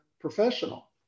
professional